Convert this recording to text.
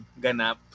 ganap